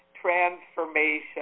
transformation